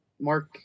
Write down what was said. mark